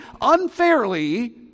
unfairly